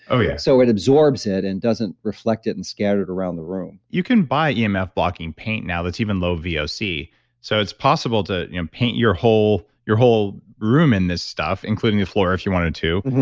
so yeah so it absorbs it and doesn't reflect it and scatter it around the room you can buy emf blocking paint now that's even low voc. so it's possible to you know paint your whole your whole room in this stuff, including the floor if you wanted to.